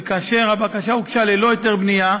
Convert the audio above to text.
וכאשר הבקשה הוגשה ללא היתר בנייה,